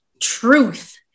truth